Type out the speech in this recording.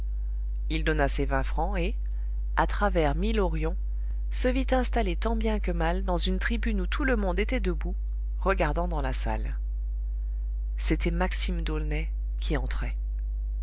il donna ses vingt francs et à travers mille horions se vit installé tant bien que mal dans une tribune où tout le monde était debout regardant dans la salle c'était maxime d'aulnay qui entrait